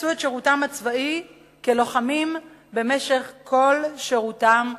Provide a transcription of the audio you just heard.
עשו את שירותם הצבאי כלוחמים במשך כל שירותם הסדיר.